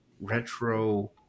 retro